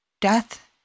Death